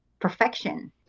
perfection